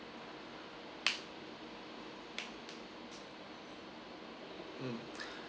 mm